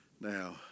Now